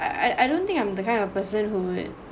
I I don't think I'm the kind of person who